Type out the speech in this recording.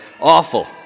awful